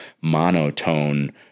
monotone